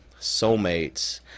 Soulmates